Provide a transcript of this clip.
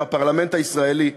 מהפרלמנט הישראלי,